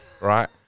right